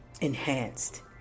enhanced